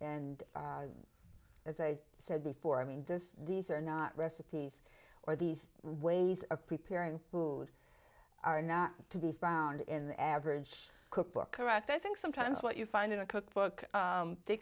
and as i said before i mean this these are not recipes or these rays of preparing food are not to be found in the average cookbook correct i think sometimes what you find in a cookbook